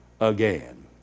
again